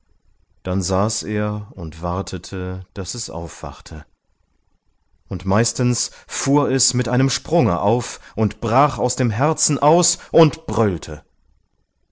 dann saß er und wartete daß es aufwachte und meistens fuhr es mit einem sprunge auf und brach aus dem herzen aus und brüllte